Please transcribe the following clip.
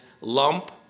lump